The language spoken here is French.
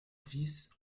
fils